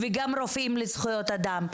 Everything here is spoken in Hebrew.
גם רופאים לזכויות אדם,